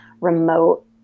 remote